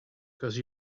cause